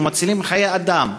ומצילים חיי אדם,